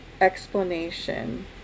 explanation